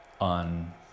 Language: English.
on